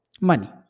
money